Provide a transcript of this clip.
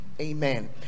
Amen